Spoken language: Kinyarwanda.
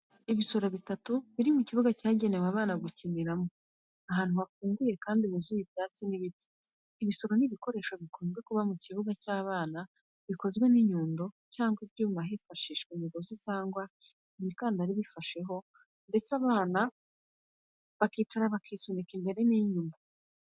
Ibisoro bitatu biri mu kibuga cyagenewe abana gukiniramo ahantu hafunguye kandi huzuyemo ibyatsi n’ibiti. Ibisoro ni ibikoresho bikunze kuba mu bibuga by’abana bikozwe n'inyundo cyangwa ibyuma bifashisha imigozi cyangwa imikandara bifasheho intebe abana bicara bakisunika imbere n’inyuma.